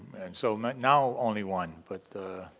so now only one but